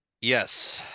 Yes